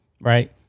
right